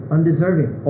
Undeserving